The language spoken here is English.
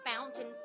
fountain